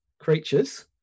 creatures